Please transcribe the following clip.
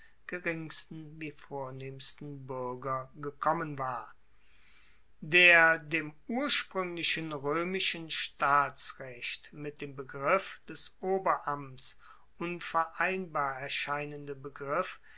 geringsten wie vornehmsten buerger gekommen war der dem urspruenglichen roemischen staatsrecht mit dem begriff des oberamts unvereinbar erscheinende begriff